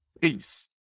Peace